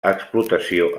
explotació